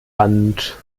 hand